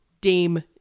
Dame